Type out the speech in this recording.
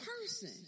person